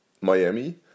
Miami